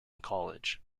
college